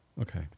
okay